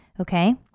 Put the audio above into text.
Okay